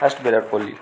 first Virat Kohli